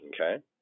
Okay